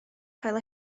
cael